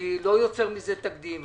אני לא יוצר מזה תקדים.